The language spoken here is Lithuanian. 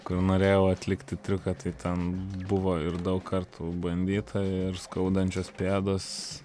kur norėjau atlikti triuką tai ten buvo ir daug kartų bandyta ir skaudančios pėdos